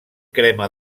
crema